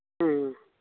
ꯎꯝ